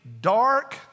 dark